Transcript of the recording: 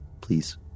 please